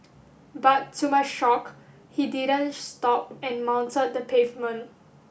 but to my shock he didn't stop and mounted the pavement